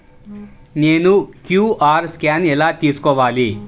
నేను QR scan ఎలా తీసుకోవాలి?